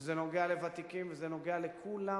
וזה נוגע לוותיקים וזה נוגע לכולם,